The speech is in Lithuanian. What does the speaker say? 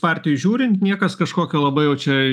partijai žiūrint niekas kažkokio labai jau čia